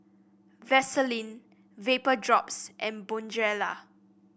Vaselin Vapodrops and Bonjela